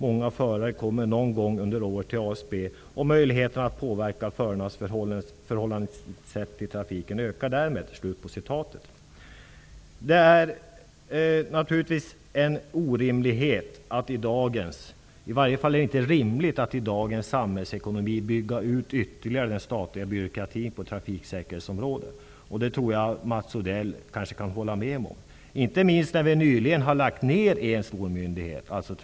Många förare kommer någon gång under året till ASB, och möjligheterna att påverka förarnas förhållningssätt i trafiken ökar därmed. Det är naturligtvis inte rimligt att i dagens samhällsekonomi ytterligare bygga ut den statliga byråkratin på trafiksäkerhetsområdet -- jag tror att Mats Odell kan hålla med om det -- när vi nyligen har lagt ner en, dvs.